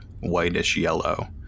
whitish-yellow